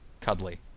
cuddly